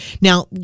Now